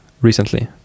recently